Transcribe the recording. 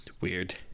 Weird